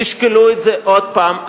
תשקלו את זה עוד פעם.